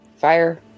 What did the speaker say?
fire